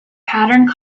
patterned